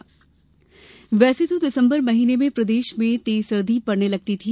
मौसम वैसे तो दिसम्बर महीने में प्रदेश में तेज सर्दी पड़ने लगती थी